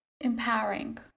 empowering